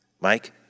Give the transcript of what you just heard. Mike